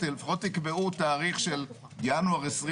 לפחות תקבעו תאריך של ינואר 2023,